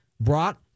brought